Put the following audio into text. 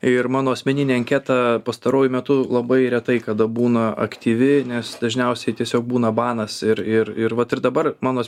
ir mano asmeninė anketa pastaruoju metu labai retai kada būna aktyvi nes dažniausiai tiesiog būna banas ir ir ir vat ir dabar mano